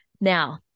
Now